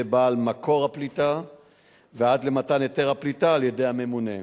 בעל מקור הפליטה ועד למתן היתר הפליטה על-ידי הממונה.